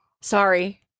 Sorry